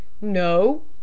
No